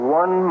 one